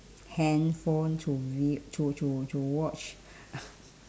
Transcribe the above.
handphone to vi~ to to to watch